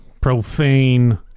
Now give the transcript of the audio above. profane